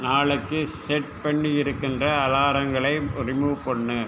நாளைக்கு செட் பண்ணியிருக்கின்ற அலாரங்களை ரிமூவ் பண்ணு